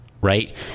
right